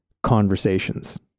conversations